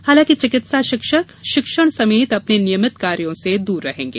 हालांकि चिकित्सा शिक्षक शिक्षण समेत अपने नियमित कार्यों से दूर रहेंगे